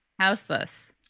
Houseless